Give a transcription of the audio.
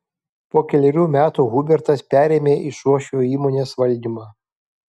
po kelerių metų hubertas perėmė iš uošvio įmonės valdymą